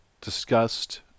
discussed